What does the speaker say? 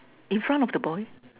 in front of the boy